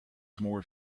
more